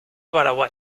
paraguay